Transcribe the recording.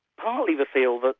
partly the field of,